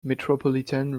metropolitan